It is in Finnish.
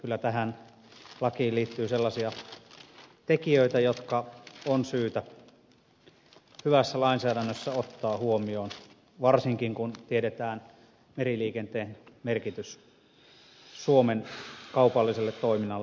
kyllä tähän lakiin liittyy sellaisia tekijöitä jotka on syytä hyvässä lainsäädännössä ottaa huomioon varsinkin kun tiedetään meriliikenteen merkitys suomen kaupalliselle toiminnalle